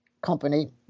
company